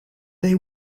they